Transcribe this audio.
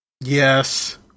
Yes